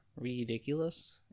ridiculous